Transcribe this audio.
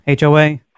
HOA